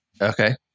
Okay